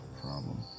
problem